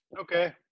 Okay